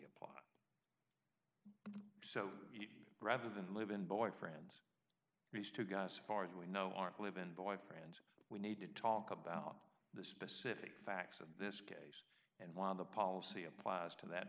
so rather than live in boyfriends these two guys far as we know aren't live in boyfriend we need to talk about the specific facts of this case and while the policy applies to that